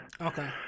Okay